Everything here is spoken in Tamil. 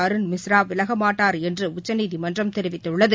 அருண் மிஸ்ரா விலகமாட்டார் என்று உச்சநீதிமன்றம் தெரிவித்துள்ளது